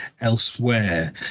elsewhere